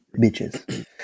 bitches